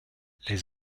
les